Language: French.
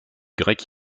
grecque